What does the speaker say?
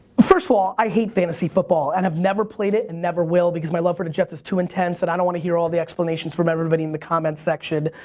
first of all, i hate fantasy football, and i've never played it, and never will because my love for the jets is too intense, and i don't wanna hear all the explanations from everybody in the comments section,